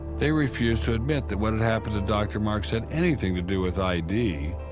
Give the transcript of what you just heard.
they refused to admit that what had happened to dr. marks had anything to do with id.